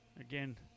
Again